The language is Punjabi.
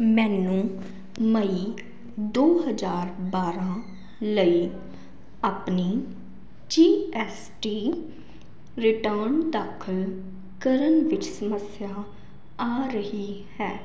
ਮੈਨੂੰ ਮਈ ਦੋ ਹਜ਼ਾਰ ਬਾਰ੍ਹਾਂ ਲਈ ਆਪਣੀ ਜੀ ਐੱਸ ਟੀ ਰਿਟਰਨ ਦਾਖਲ ਕਰਨ ਵਿੱਚ ਸਮੱਸਿਆ ਆ ਰਹੀ ਹੈ